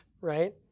right